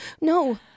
no